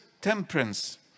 temperance